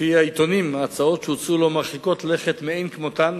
ולפי העיתונים ההצעות שהוצעו לו הן מרחיקות לכת מאין כמותן,